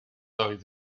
oedd